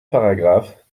paragraphe